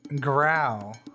Growl